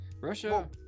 Russia